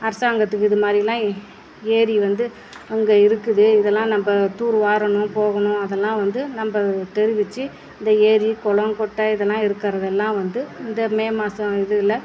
அரசாங்கத்துக்கு இது மாதிரிலாம் ஏரி வந்து அங்கே இருக்குது இதெல்லாம் நம்ம தூர் வாரணும் போகணும் அதெல்லாம் வந்து நம்ம தெரிவிச்சி இந்த ஏரி குளம் குட்டை இதெல்லாம் இருக்கிறதெல்லாம் வந்து இந்த மே மாசம் இதில்